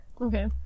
Okay